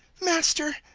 master,